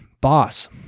boss